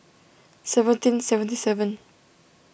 seventeen seventy seven